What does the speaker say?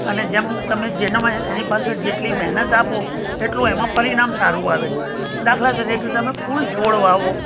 અને જેમ તમે જેનામાં એની પાછળ જેટલી મહેનત આપો એટલું એમાં પરિણામ સારું આવે દાખલા તરીકે તમે ફૂલ છોડ વાવો